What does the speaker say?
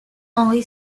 henri